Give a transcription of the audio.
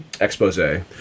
expose